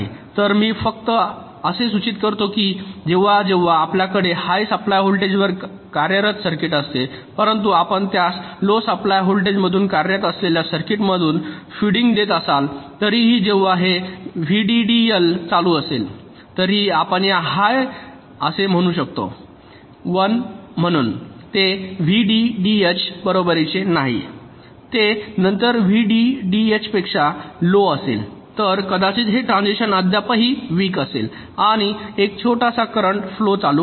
तर मी फक्त असेच सूचित करतो की जेव्हा जेव्हा आपल्याकडे हाय सप्लाय व्होल्टेजवर कार्यरत सर्किट असते परंतु आपण त्यास लो सप्लाय व्होल्टेजमधून कार्यरत असलेल्या सर्किटमधून फीडिंग देत असता तरीही जेव्हा हे व्हीडीडीएल चालू असेल तरीही आपण याला हाय असे म्हणू या 1 म्हणून ते व्हीडीडीएचच्या बरोबरीचे नाही ते नंतर व्हीडीडीएचपेक्षा लो असेल तर कदाचित हे ट्रान्झिस्टर अद्याप वीक असेल आणि एक छोटा करेन्ट फ्लो चालू असेल